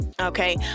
okay